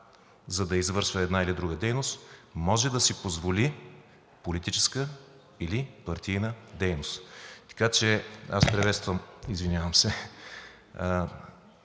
за да извършва една или друга дейност, може да си позволи политическа или партийна дейност. Така че аз приветствам това